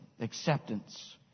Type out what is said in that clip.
acceptance